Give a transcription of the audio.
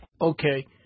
Okay